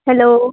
hello